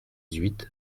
huit